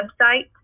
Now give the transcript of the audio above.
website